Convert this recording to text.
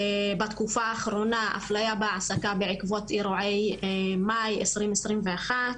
בתקופה האחרונה ישנה אפליה בהעסקה בעקבות אירועי מאי 2021,